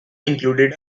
included